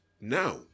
Now